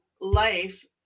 life